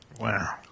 Wow